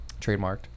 Trademarked